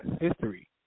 history